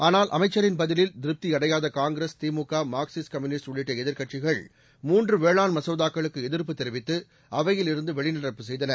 ஆனால் அமைச்சரின் பதிலில் திருப்தியடையாத காங்கிரஸ் திமுக மார்க்சிஸ்ட் கம்யூனிஸ்ட் உள்ளிட்ட எதிர்க்கட்சிகள் மூன்று வேளாண் மசோதாக்களுக்கு எதிர்ப்பு தெரிவித்து அவையிலிருந்து வெளிநடப்பு செய்தன